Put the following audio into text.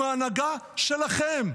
עם ההנהגה שלכם,